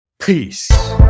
Peace